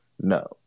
No